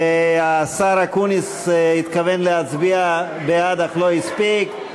והשר אקוניס התכוון להצביע בעד אך לא הספיק.